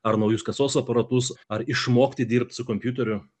ar naujus kasos aparatus ar išmokti dirbt su kompiuteriu